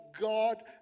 God